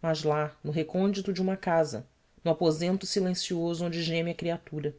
mas lá no recôndito de uma casa no aposento silencioso onde geme a criatura